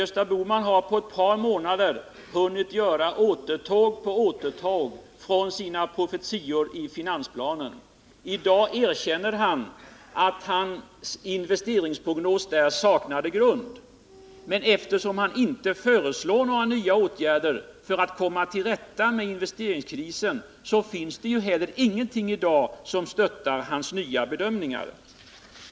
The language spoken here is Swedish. Gösta Bohman har på ett par månader hunnit göra återtåg på återtåg från sina profetior i finansplanen. I dag erkänner han att hans investeringsprognos där saknade grund, men eftersom han inte föreslår några nya åtgärder för att komma till rätta med investeringskrisen finns det ju heller ingenting som stöttar hans nya bedömningar.